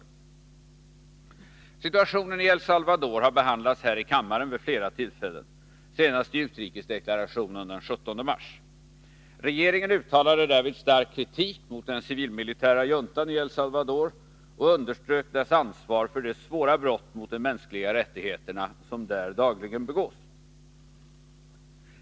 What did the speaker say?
Om Sveriges med Situationen i El Salvador har behandlats här i kammaren vid flera tillfällen, lemskap i IDB senast i utrikesdeklarationen den 17 mars. Regeringen uttalad? därvid stark kritik mot den civilmilitära juntan i El Salvador och underströk dess ansvar för de svåra brott mot de mänskliga rättigheterna som där dagligen begås.